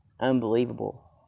unbelievable